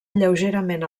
lleugerament